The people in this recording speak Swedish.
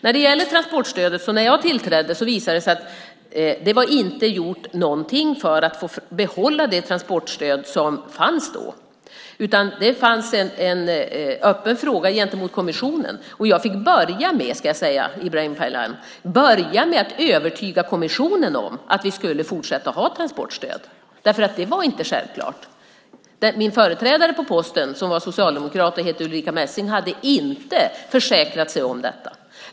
När jag tillträdde visade det sig att det inte var gjort någonting för att få behålla det transportstöd som då fanns. Det var en öppen fråga gentemot kommissionen. Jag fick börja med, Ibrahim Baylan, att övertyga kommissionen om att vi skulle fortsätta att ha transportstöd. Det var inte självklart. Min företrädare på posten, som var socialdemokrat och hette Ulrica Messing, hade inte försäkrat sig om detta.